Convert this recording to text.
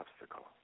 obstacle